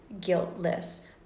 guiltless